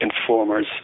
informers